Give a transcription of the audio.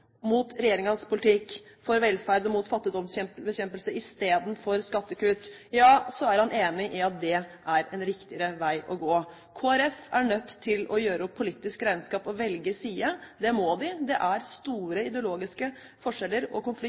mot fattigdomsbekjempelse i stedet for skattekutt, ja så er han enig i at det siste er en riktigere vei å gå. Kristelig Folkeparti er nødt til å gjøre opp politisk regnskap og velge side. Det må de. Det er store ideologiske forskjeller og konflikt